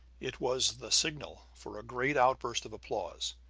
it was the signal for a great outburst of applause,